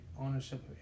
ownership